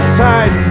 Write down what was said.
tight